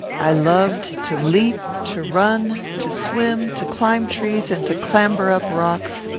i loved to leap, to run, to swim, to climb trees and to clamber up rocks,